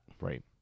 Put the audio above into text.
Right